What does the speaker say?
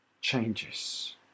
changes